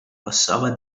passava